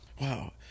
Wow